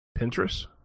Pinterest